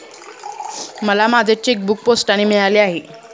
मला माझे चेकबूक पोस्टाने मिळाले आहे